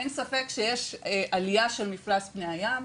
אין ספק שיש עלייה של מפלס פני הים.